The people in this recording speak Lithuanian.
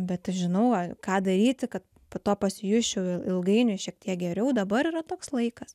bet žinau ką daryti kad po to pasijusčiau ilgainiui šiek tiek geriau dabar yra toks laikas